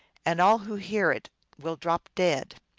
and all who hear it will drop dead.